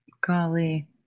Golly